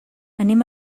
anem